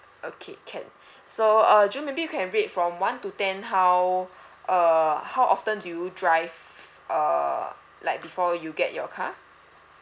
okay can so uh june maybe you can rate from one to ten how uh how often do you drive uh like before you get your car